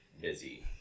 busy